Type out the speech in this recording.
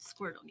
Squirtle